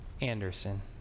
Anderson